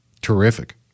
Terrific